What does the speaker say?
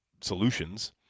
solutions